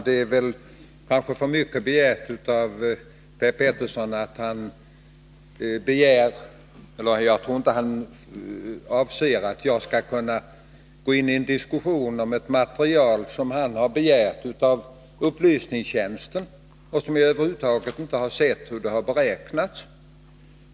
Fru talman! Jag tror inte att Per Petersson begär att jag skall gå in i en diskussion om ett material som han fått av upplysningstjänsten och som jag över huvud taget inte har sett. Jag vet alltså inte hur man har räknat fram dessa belopp.